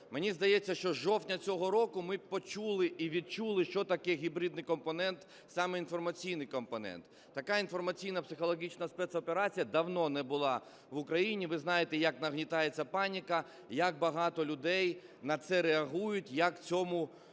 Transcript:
мені здається, що з жовтня цього року ми почули і відчули, що таке гібридний компонент, саме інформаційний компонент. Така інформаційно-психологічна спецоперація давно не була в Україні, ви знаєте, як нагнітається паніка і як багато людей на це реагують, і як цьому